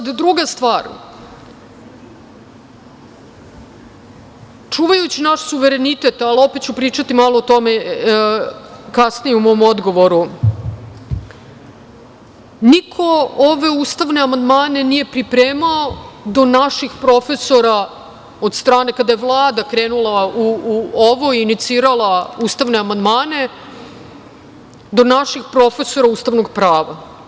Druga stvar, čuvajući naš suverenitet, ali opet ću pričati malo o tome kasnije u mom odgovoru, niko ove ustavne amandmane nije pripremao do naših profesora, kada je Vlada krenula u ovo i inicirala ustavne amandmane, ustavnog prava.